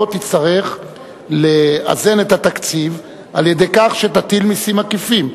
תצטרך לאזן את התקציב על-ידי כך שתטיל מסים עקיפים.